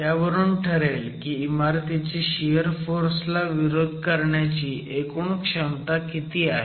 त्यावरून ठरेल की इमारतीची शियर फोर्सला विरोध करण्याची एकूण क्षमता किती आहे